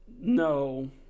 no